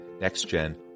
Next-Gen